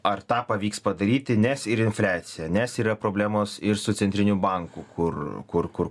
ar tą pavyks padaryti nes ir infliacija nes yra problemos ir su centriniu banku kur kur kur